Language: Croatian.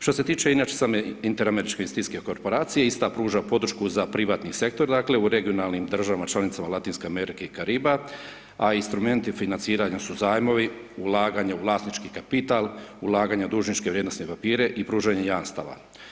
Što se tiče inače same Inter-Američke investicijske korporacije, ista pruža podršku za privatni sektor, dakle, u regionalnim državama članicama Latinske Amerike i Kariba, a instrumenti financiranja su zajmovi, ulaganja u vlasnički kapital, ulaganja u dužničke vrijednosne papire i pružanje jamstava.